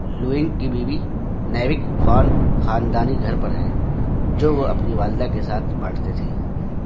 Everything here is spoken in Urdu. لوؤنگ کی بیوی نیوک فان خاندانی گھر پر ہے جو وہ اپنی والدہ کے ساتھ بانٹتے تھے